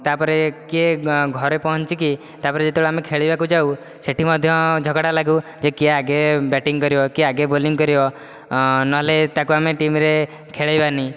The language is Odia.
ତା'ପରେ କିଏ ଘରେ ପହଞ୍ଚିକି ତାପରେ ଯେତେବେଳେ ଆମେ ଖେଳିବାକୁ ଯାଉ ସେ'ଠି ମଧ୍ୟ ଝଗଡ଼ା ଲାଗୁ ଯେ କିଏ ଆଗେ ବ୍ୟାଟିଙ୍ଗ୍ କରିବ କିଏ ଆଗେ ବୋଲିଙ୍ଗ୍ କରିବ ନହେଲେ ତାକୁ ଆମେ ଟିମରେ ଖେଳାଇବାନାହିଁ